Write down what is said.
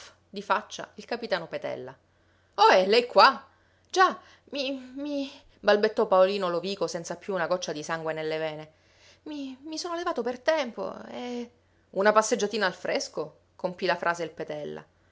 di faccia il capitano petella ohé lei qua già mi mi balbettò paolino lovico senza più una goccia di sangue nelle vene i mi sono levato per tempo e una passeggiatina al fresco compì la frase il petella